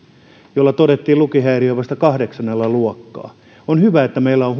jolla todettiin lukihäiriö vasta kahdeksannella luokalla on hyvä että siellä on